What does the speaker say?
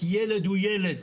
כי ילד הוא ילד,